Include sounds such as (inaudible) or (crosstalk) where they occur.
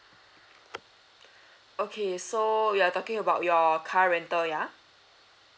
(breath) okay so you're talking about your car rental ya